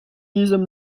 diesem